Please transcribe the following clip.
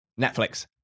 Netflix